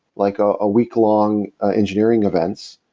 like ah a week-long engineering events,